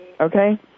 Okay